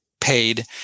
paid